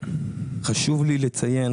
חשוב לי לציין